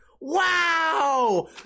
Wow